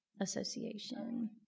Association